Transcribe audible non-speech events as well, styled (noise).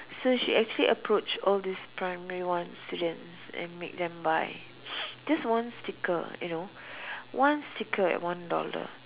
so she actually approached all these primary one students and make them buy (noise) just one sticker you know one sticker at one dollar